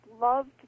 loved